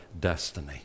destiny